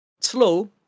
slow